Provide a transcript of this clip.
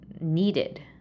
needed